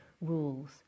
rules